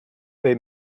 they